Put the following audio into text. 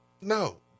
no